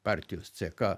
partijos ck